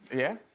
yeah.